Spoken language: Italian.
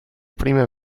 prime